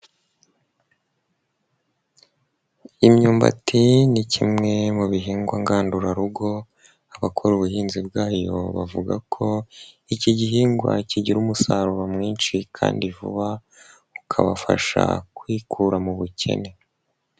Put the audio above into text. Imyumbati ni kimwe mu bihingwa ngandurarugo, abakora ubuhinzi bwayo bavuga ko iki gihingwa kigira umusaruro mwinshi kandi vuba, ukabafasha kwikura mu bukene.